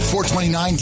.429